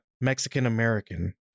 Mexican-American